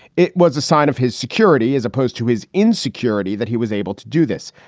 it was a sign of his security as opposed to his insecurity that he was able to do this.